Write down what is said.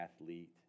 athlete